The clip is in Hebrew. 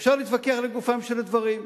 אפשר להתווכח לגופם של דברים,